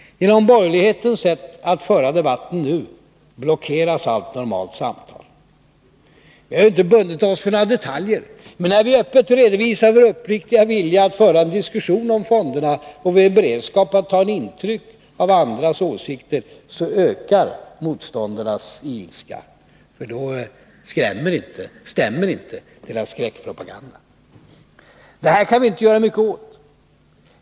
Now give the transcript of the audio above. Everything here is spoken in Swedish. Genom borgerlighetens sätt att föra debatten nu blockeras allt normalt samtal. Vi har inte bundit upp oss i detaljer. Men när vi öppet redovisar vår uppriktiga vilja att föra en diskussion om fonderna och vår beredskap att ta intryck av andras åsikter ökar i stället motståndarnas ilska — då stämmer inte deras skräckpropaganda. Detta kan vi inte göra mycket åt.